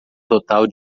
total